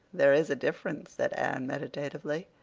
there is a difference, said anne meditatively.